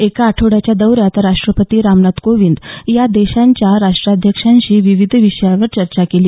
एका आठवड्याच्या दौऱ्यात राष्ट्रपती कोविंद यांनी या देशांच्या राष्ट्राध्यक्षांशी विविध विषयांवर चर्चा केली